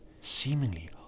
seemingly